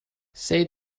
say